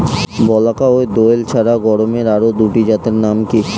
বলাকা ও দোয়েল ছাড়া গমের আরো দুটি জাতের নাম কি?